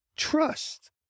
Trust